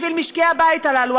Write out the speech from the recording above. בשביל משקי-הבית הללו,